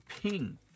ping